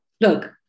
look